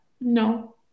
No